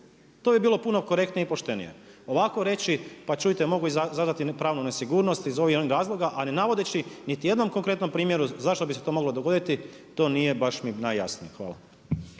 To bi bilo korektnije i poštenije. Ovako reći pa čujte, mogu izazvati pravnu nesigurnosti iz ovih jednih razloga, a ne navodeći niti u jednom konkretnom primjeru zašto bi se to moglo dogoditi, to nije mi baš najjasnije. Hvala.